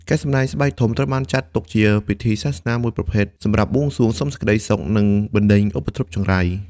ការសម្ដែងស្បែកធំត្រូវបានចាត់ទុកជាពិធីសាសនាមួយប្រភេទសម្រាប់បួងសួងសុំសេចក្ដីសុខ និងបណ្ដេញឧបទ្រពចង្រៃ។